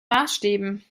maßstäben